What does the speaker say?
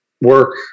Work